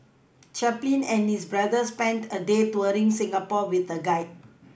Chaplin and his brother spent a day touring Singapore with a guide